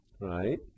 right